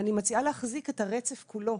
מציעה להחזיק את הרצף כולו,